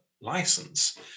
license